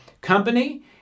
company